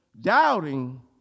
doubting